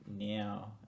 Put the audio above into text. now